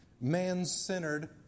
man-centered